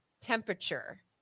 temperature